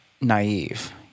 naive